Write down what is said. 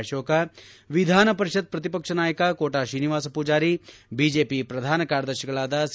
ಅಶೋಕ ವಿಧಾನ ಪರಿಷತ್ ಶ್ರತಿಪಕ್ಷ ನಾಯಕ ಕೋಟಾ ಶ್ರೀನಿವಾಸ ಪೂಜಾರಿ ಬಿಜೆಪಿ ಶ್ರಧಾನಕಾರ್ಯದರ್ತಿಗಳಾದ ಸಿ